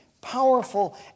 powerful